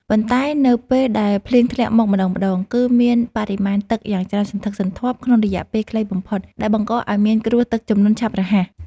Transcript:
ប៉ុន្តែនៅពេលដែលភ្លៀងធ្លាក់មកម្ដងៗ គឺមានបរិមាណទឹកយ៉ាងច្រើនសន្ធឹកសន្ធាប់ក្នុងរយៈពេលខ្លីបំផុត ដែលបង្កឱ្យមានគ្រោះទឹកជំនន់ឆាប់រហ័ស។